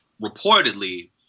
reportedly